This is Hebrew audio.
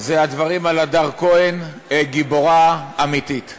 זה הדברים על הדר כהן, גיבורה אמיתית.